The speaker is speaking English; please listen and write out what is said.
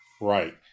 Right